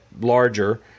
larger